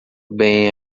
bem